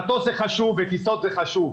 מטוס זה חשוב וטיסות זה חשוב,